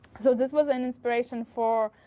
so this was an inspiration for